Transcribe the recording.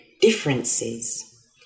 differences